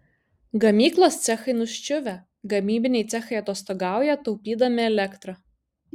gamyklos cechai nuščiuvę gamybiniai cechai atostogauja taupydami elektrą